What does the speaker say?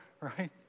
right